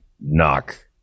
Knock